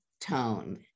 tone